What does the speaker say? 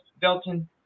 belton